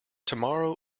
tomorrow